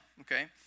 okay